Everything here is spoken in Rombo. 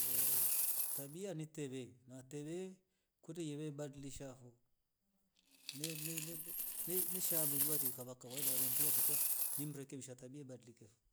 tabia ni teve na teve kute yeve badilisha vo ne- nenlole ne nisha loliwa ti kava kawaida namshiwa nduga ni mrekebishe tabia ye badillikevo